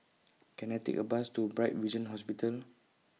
Can I Take A Bus to Bright Vision Hospital